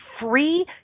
free